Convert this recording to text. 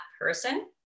person